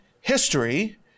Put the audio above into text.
history